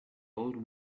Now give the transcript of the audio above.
old